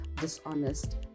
dishonest